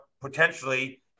potentially